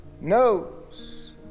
knows